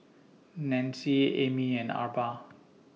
Nanci Amy and Arba